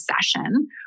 session